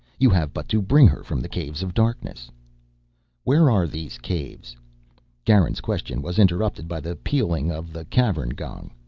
you have but to bring her from the caves of darkness where are these caves garin's question was interrupted by the pealing of the cavern gong.